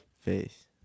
face